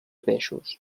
peixos